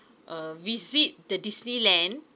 uh visit the disneyland